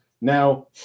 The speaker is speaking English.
Now